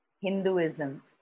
hinduism